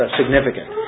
significant